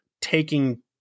taking